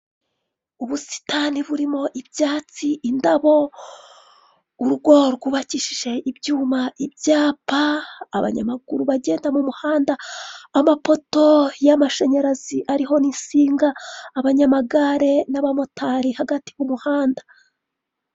Ubusitani burimo ibyatsi indabo urugo rwubakishije ibyuma ibyapa abanyamaguru bagenda mu muhanda amapoto y'amashanyarazi ariho n'insinga abanyamagare n'abamotari hagati umuhanda.